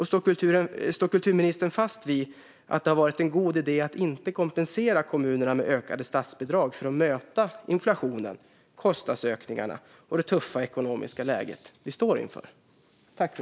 Står hon fast vid att det har varit en god idé att inte kompensera kommunerna med ökade statsbidrag för att möta inflationen, kostnadsökningarna och det tuffa ekonomiska läget vi befinner oss i?